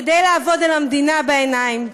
כדי לעבוד על המדינה בעיניים.